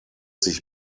sich